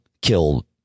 kill